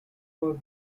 for